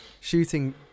Shooting